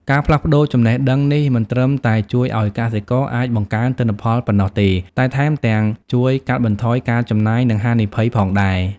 ការផ្លាស់ប្តូរចំណេះដឹងនេះមិនត្រឹមតែជួយឲ្យកសិករអាចបង្កើនទិន្នផលប៉ុណ្ណោះទេ តែថែមទាំងជួយកាត់បន្ថយការចំណាយ និងហានិភ័យផងដែរ។